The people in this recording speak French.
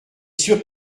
sûr